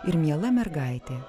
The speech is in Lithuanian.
ir miela mergaitė